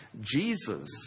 Jesus